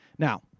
Now